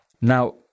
Now